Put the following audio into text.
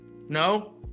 No